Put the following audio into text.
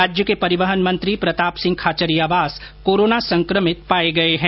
राज्य के परिवहन मंत्री प्रताप सिंह खाचरियावास कोरोना संक्रमित पाए गए है